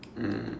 mm